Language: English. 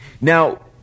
Now